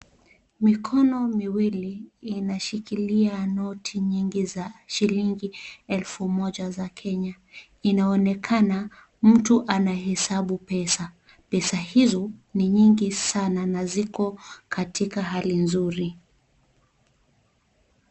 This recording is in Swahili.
Mikono miwili inashikilia noti nyingi za shilingi elfu moja za Kenya. Inaonekana mtu anahesabu pesa. Pesa hizo ni nyingi sana na ziko katika hali nzuri.